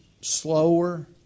slower